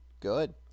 Good